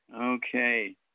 Okay